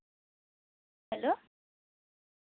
hello